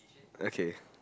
okay